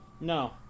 No